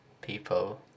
people